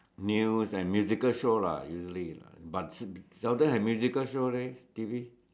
news and musical show lah usually lah but seldom have musical show leh T_V